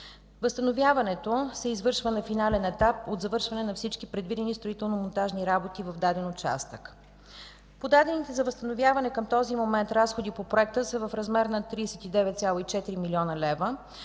Възстановяването се извършва на финален етап от завършване на всички предвидени строително-монтажни работи в даден участък. Подадените за възстановяване към този момент разходи по Проекта са в размер на 39,4 млн. лв.,